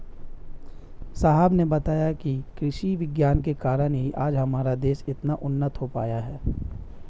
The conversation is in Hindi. साहब ने बताया कि कृषि विज्ञान के कारण ही आज हमारा देश इतना उन्नत हो पाया है